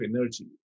energy